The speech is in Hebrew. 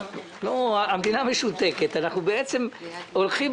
המדינה משותקת ואנחנו בעצם הולכים